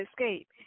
escape